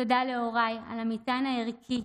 תודה להוריי על המטען הערכי,